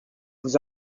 vous